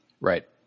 Right